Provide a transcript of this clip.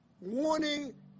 warning